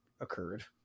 occurred